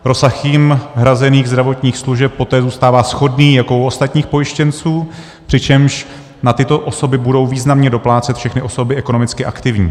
Rozsah jim hrazených zdravotních služeb poté zůstává shodný jako u ostatních pojištěnců, přičemž na tyto osoby budou významně doplácet všechny osoby ekonomicky aktivní.